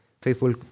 faithful